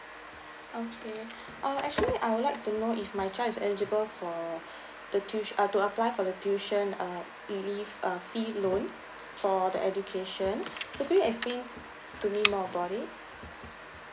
okay uh actually I would like to know if my child is eligible for the tuit~ uh to apply for the tuition uh leave uh fee loan for the education so can you explain to me more about it